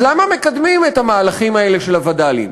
אז למה מקדמים את המהלכים האלה של הווד"לים?